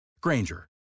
Granger